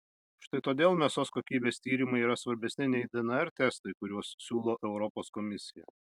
štai todėl mėsos kokybės tyrimai yra svarbesni nei dnr testai kuriuos siūlo europos komisija